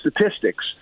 statistics